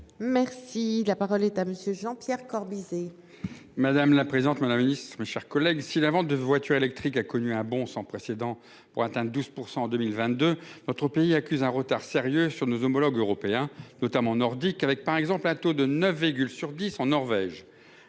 Merci la parole est à monsieur Jean-Pierre Corbisez. Madame la présidente madame miss mes chers collègues si la vente de voitures électriques a connu un bond sans précédent pour atteindre 12% en 2022. Notre pays accuse un retard sérieux sur nos homologues européens notamment nordiques avec par exemple un taux de 9 véhicules